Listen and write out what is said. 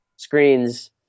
Screens